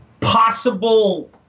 possible –